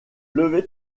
lever